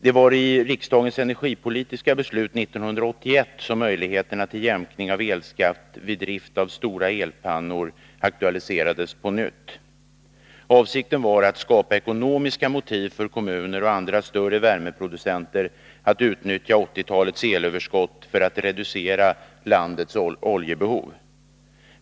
Det var i riksdagens energipolitiska beslut 1981 som möjligheten till jämkning av elskatten vid drift av stora elpannor på nytt aktualiserades. Avsikten var att skapa ekonomiska motiv för kommuner och andra större värmeproducenter att utnyttja 1980-talets elöverskott för att reducera landets oljebehov.